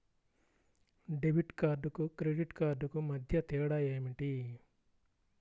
Debit కార్డుకు credit కార్డుకు మధ్య తేడా ఏమిటీ?